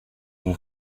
vous